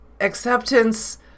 acceptance